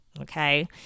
okay